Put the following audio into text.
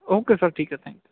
okay sir ਠੀਕ ਹੈ thank you